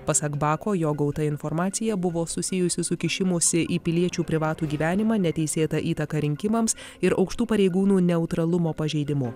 pasak bako jo gauta informacija buvo susijusi su kišimusi į piliečių privatų gyvenimą neteisėtą įtaką rinkimams ir aukštų pareigūnų neutralumo pažeidimu